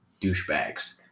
douchebags